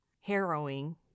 harrowing